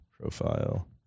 profile